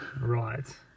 Right